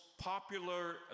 Popular